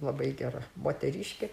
labai gera moteriškė